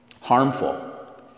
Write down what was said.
harmful